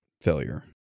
failure